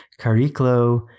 Cariclo